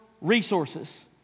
resources